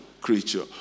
creature